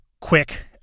quick